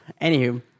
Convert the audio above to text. Anywho